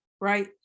right